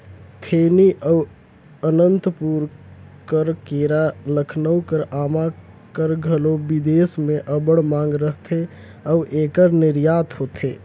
थेनी अउ अनंतपुर कर केरा, लखनऊ कर आमा कर घलो बिदेस में अब्बड़ मांग रहथे अउ एकर निरयात होथे